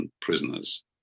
prisoners